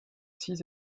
six